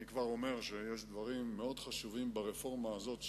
אני כבר אומר שיש דברים מאוד חשובים ברפורמה הזאת,